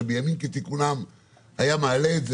שבימים כתיקונם היה מעלה את זה,